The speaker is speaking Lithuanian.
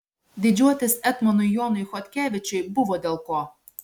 didžiuotis etmonui jonui chodkevičiui buvo dėl ko